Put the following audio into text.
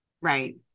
Right